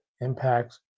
impacts